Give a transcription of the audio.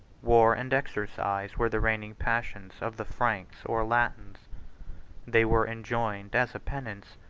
war and exercise were the reigning passions of the franks or latins they were enjoined, as a penance,